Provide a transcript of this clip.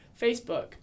facebook